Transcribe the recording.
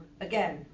again